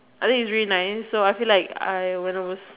I think is really nice so I feel like I when I was